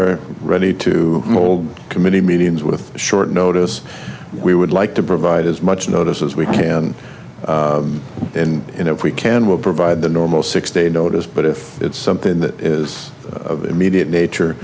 are ready to mold committee meetings with short notice we would like to provide as much notice as we can and if we can we'll provide the normal six day notice but if it's something that is of immediate nature